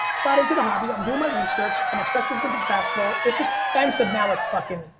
got into the hobby, i'm doing my research. i'm obsessed with vintage basketball. it's expensive now. it's fucking,